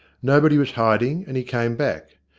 nobody was hiding, and he came back.